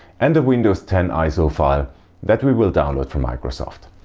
and a windows ten iso file that we will download from microsoft.